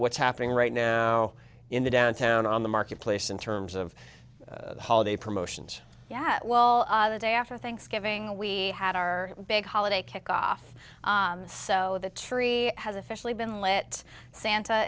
what's happening right now in the downturn on the market place in terms of holiday promotions yeah well other day after thanksgiving we had our big holiday kickoff so the tree has officially been lit sant